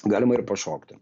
galima ir pašokti